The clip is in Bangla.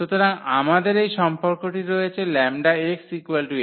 সুতরাং আমাদের এই সম্পর্কটি রয়েছে 𝜆xAx